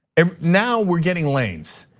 now we're getting lanes,